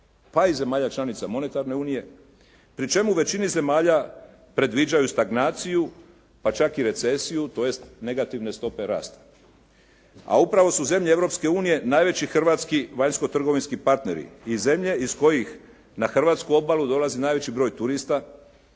pa i zemalja članica Monetarne unije pri čemu u većini zemalja predviđaju stagnaciju pa čak i recesiju tj. negativne stope rasta. A upravo su zemlje Europske unije najveći hrvatski vanjsko-trgovinski partneri i zemlje iz kojih na hrvatsku obalu dolazi najveći broj turista.